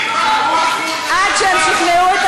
עד שהם שכנעו את